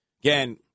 again